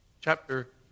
chapter